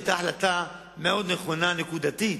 זו היתה החלטה מאוד נכונה נקודתית,